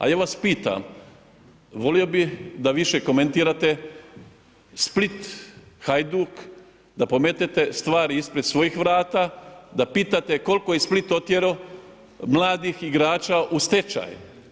A ja vas pitam, volio bih da više komentirate Split, Hajduk, da pometete stvari ispred svojih vrata, da pitate koliko je Split otjerao mladih igrača u stečaj.